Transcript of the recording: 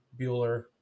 Bueller